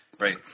Right